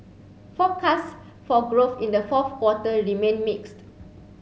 forecasts for growth in the fourth quarter remain mixed